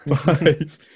Five